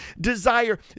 desire